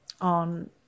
on